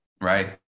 right